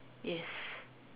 yes